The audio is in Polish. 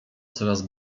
coraz